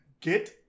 Get